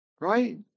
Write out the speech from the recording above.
Right